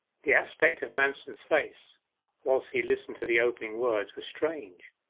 the aspects of manston's face whilst he listened to the opening words were strange,